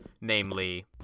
Namely